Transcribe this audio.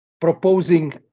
proposing